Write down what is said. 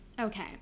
okay